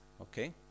okay